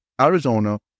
Arizona